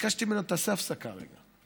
וביקשתי ממנו: תעשה הפסקה רגע.